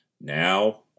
Now